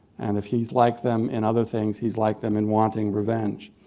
and if he's like them in other things, he's like them in wanting revenge.